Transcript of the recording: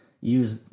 use